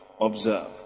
Observe